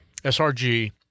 SRG